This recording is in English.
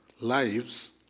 lives